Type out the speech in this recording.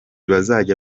bazajya